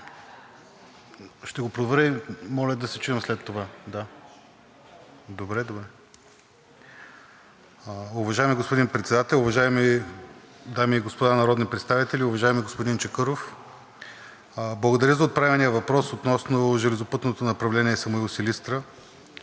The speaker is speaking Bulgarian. Ще го проверя и моля да се чуем след това. Уважаеми господин Председател, уважаеми дами и господа народни представители! Уважаеми господин Чакъров, благодаря за отправения въпрос относно железопътното направление Самуил – Силистра.